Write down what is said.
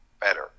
better